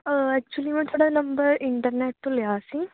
actually ਮੈਂ ਤੁਹਾਡਾ number internet ਤੋਂ ਲਿਆ ਸੀ